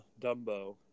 Dumbo